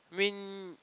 mean